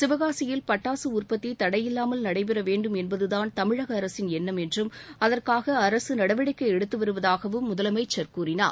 சிவகாசியில் பட்டாசு உற்பத்தி தடையில்லாமல் நடைபெற வேண்டும் என்பதுதான் தமிழக அரசின் எண்ணம் என்றும் அதற்காக அரசு நடவடிக்கை எடுத்து வருவதாகவும் முதலமைச்சர் கூறினார்